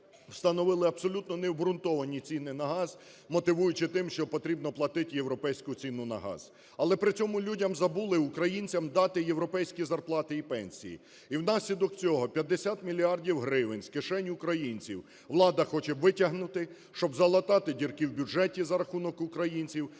встановили абсолютно необґрунтовані ціни на газ, мотивуючи тим, що потрібно платити європейську ціну на газ. Але при цьому людям забули, українцям, дати європейські зарплати і пенсії. І внаслідок цього 50 мільярдів гривень з кишень українців влада хоче витягнути, щоб залатати дірки в бюджеті за рахунок українців,